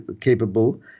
capable